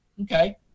okay